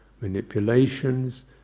manipulations